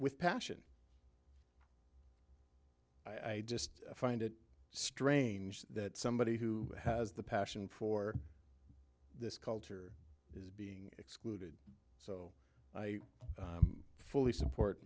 with passion i just find it strange that somebody who has the passion for this culture is being excluded so i fully support